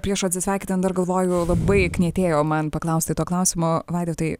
prieš atsisveikinant dar galvoju labai knietėjo man paklausti to klausimo vaidotai